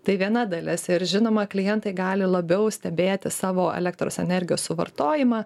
tai viena dalis ir žinoma klientai gali labiau stebėti savo elektros energijos suvartojimą